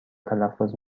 تلفظ